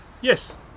Yes